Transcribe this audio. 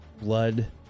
blood